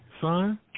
Son